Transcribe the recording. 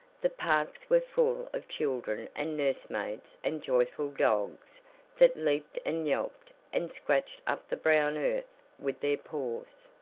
the parks were full of children and nursemaids and joyful dogs that leaped and yelped and scratched up the brown earth with their paws.